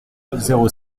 zéro